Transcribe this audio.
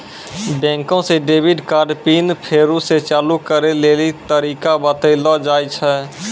बैंके से debit card pin फेरु से चालू करै लेली तरीका बतैलो जाय छै